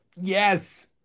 Yes